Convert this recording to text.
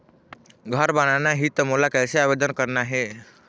घर बनाना ही त मोला कैसे आवेदन करना हे?